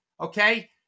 okay